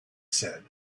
said